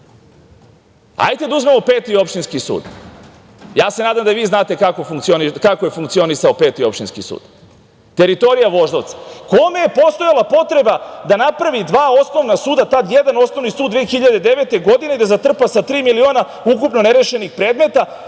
da uzmemo Peti opštinski sud, ja se nadam da vi znate kako je funkcionisao Peti opštinski sud. Teritorija Voždovaca. Kome je postojala potreba da napravi dva osnovna suda, tad jedan osnovni sud 2009. godine i da zatrpa sa tri miliona ukupno nerešenih predmeta,